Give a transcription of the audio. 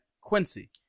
Quincy